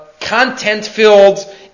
content-filled